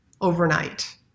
overnight